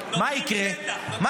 נותנים שטח, נותנים שטח.